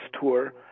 tour